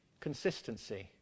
consistency